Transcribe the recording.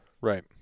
right